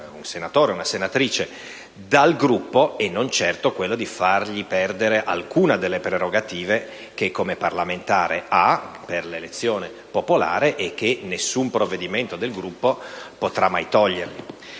un senatore o una senatrice e non certo quello di fargli perdere alcuna delle prerogative che, come parlamentare, ha ricevuto con l'elezione popolare, prerogative che nessun provvedimento del Gruppo potrà mai togliergli.